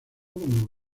como